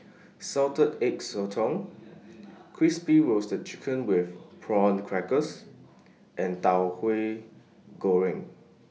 Salted Egg Sotong Crispy Roasted Chicken with Prawn Crackers and Tauhu Goreng